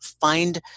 find